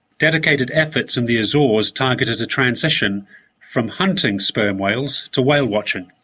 dedicated efforts in the azores targeted a transition from hunting sperm whales to whale-watching.